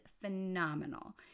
phenomenal